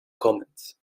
comments